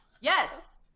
Yes